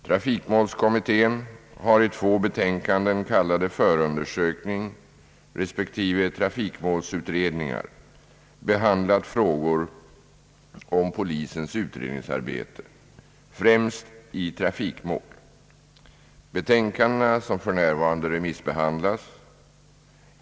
= Trafikmålskommittén har i två betänkanden, kallade Förundersökning respektive Trafikmålsutredningar, behandlat frågor om polisens utredningsarbete, främst i trafikmål. Betänkandena som remissbehandlas f. n.